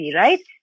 right